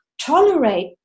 tolerate